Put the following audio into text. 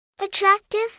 Attractive